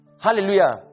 Hallelujah